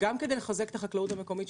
גם כדי לחזק את החקלאות המקומית,